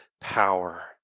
power